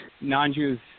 non-Jews